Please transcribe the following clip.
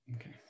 Okay